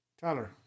Tyler